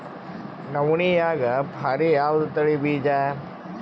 ನವಣಿಯಾಗ ಭಾರಿ ಯಾವದ ತಳಿ ಬೀಜ?